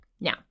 Now